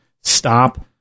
stop